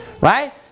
Right